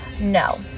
no